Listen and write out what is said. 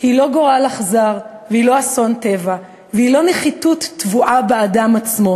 היא לא גורל אכזר והיא לא אסון טבע והיא לא נחיתות טבועה באדם עצמו,